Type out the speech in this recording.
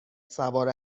سوار